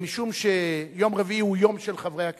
משום שיום רביעי הוא יום של חברי הכנסת,